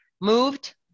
moved